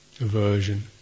aversion